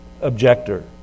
objector